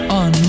on